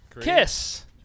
Kiss